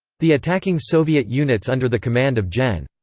the attacking soviet units under the command of gen.